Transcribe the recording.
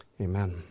Amen